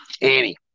Annie